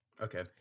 Okay